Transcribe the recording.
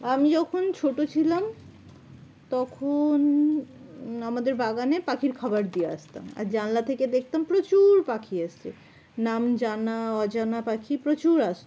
আমি যখন ছোটো ছিলাম তখন আমাদের বাগানে পাখির খাবার দিয়ে আসতাম আর জানলা থেকে দেখতাম প্রচুর পাখি আসছে নাম জানা অজানা পাখি প্রচুর আসত